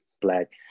Black